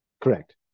Correct